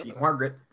Margaret